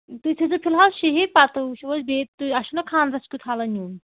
تُہۍ تھٲے زیو فِل حال شےٚ ہی پَتہٕ وٕچھو أسۍ بیٚیہِ تہٕ اَسہِ چھُنہ خاندرَس کیُٚتھ حالَہ نیُٚن